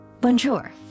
Bonjour